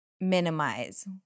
minimize